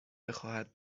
بخواهد